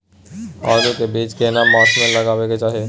आलू के बीज केना मास में लगाबै के चाही?